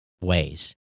ways